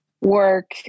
work